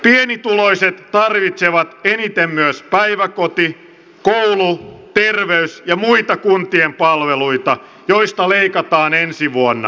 pienituloiset tarvitsevat eniten myös päiväkoti koulu terveys ja muita kuntien palveluita joista leikataan ensi vuonna